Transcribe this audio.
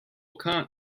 kant